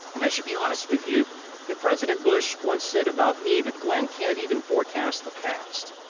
and i should be honest with you that president bush once said about me that glenn can't even forecast the past.